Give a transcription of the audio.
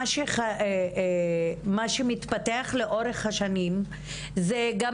מה שמתפתח לאורך השנים זו גם